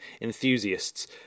enthusiasts